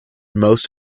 most